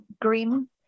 green